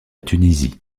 tunisie